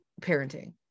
parenting